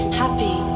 happy